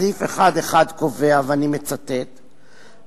סעיף 1(1) קובע: "המשמעות